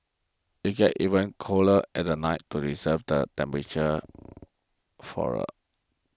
it gets even colder at the night to reserve the temperate flora